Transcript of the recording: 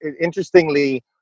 interestingly